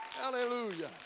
Hallelujah